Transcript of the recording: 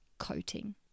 Coating